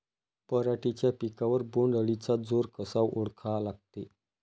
पराटीच्या पिकावर बोण्ड अळीचा जोर कसा ओळखा लागते?